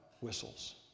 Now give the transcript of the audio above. whistles